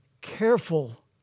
careful